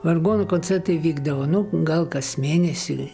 vargonų koncertai vykdavo nu gal kas mėnesį